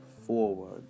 forward